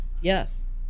Yes